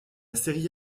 série